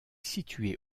situé